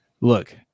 look